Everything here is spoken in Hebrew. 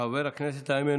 חבר הכנסת איימן